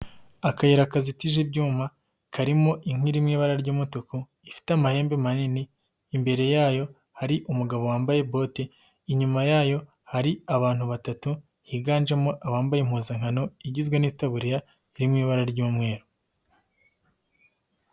Akayira kazitije ibyuma karimo inka iri mu ibara ry'umutuku. Ifite amahembe manini. Imbere yayo hari umugabo wambaye bote. Inyuma yayo hari abantu batatu, higanjemo abambaye impuzankano igizwe n'itaburiya iri mu ibara ry'umweru.